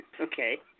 Okay